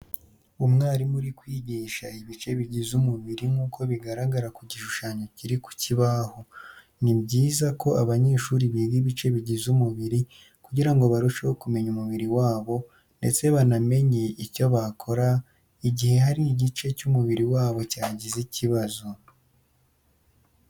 Umwarimu urimo kwigisha ibice bigize umubiri nk'uko bigaragara ku gushushanyo kiri kukibaho. nibyiza ko abanyeshuri biga ibice bigize umubiri kugirango barusheho kumenya umubiri wabo, ndetse banamenye icyo bakora igihe hari igice kumubiri wabo cyagize ikibazo.